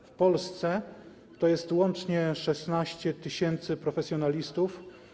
W Polsce to jest łącznie 16 tys. profesjonalistów.